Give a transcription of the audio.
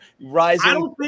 rising